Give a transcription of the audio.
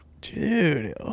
Dude